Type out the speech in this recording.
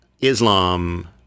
Islam